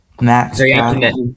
Max